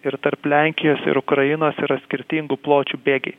ir tarp lenkijos ir ukrainos yra skirtingų pločių bėgiai